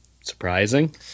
surprising